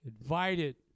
invited